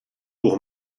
pour